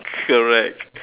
correct